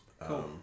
Cool